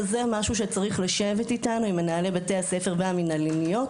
צריך לשבת איתנו עם מנהלי בתי הספר והמנהלניות,